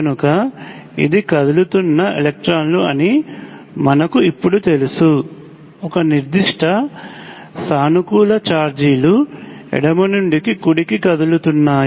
కనుక ఇది కదులుతున్న ఎలక్ట్రాన్లు అని మనకు ఇప్పుడు తెలుసు ఒక నిర్దిష్ట సానుకూల ఛార్జీలు ఎడమ నుండి కుడికి కదులుతున్నాయి